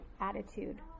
attitude